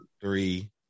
three